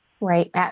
Right